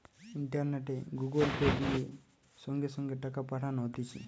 ইন্টারনেটে Google Pay, দিয়ে সঙ্গে সঙ্গে টাকা পাঠানো হতিছে